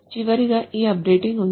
చివరగా ఈ అప్డేటింగ్ ఉంది